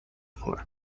corps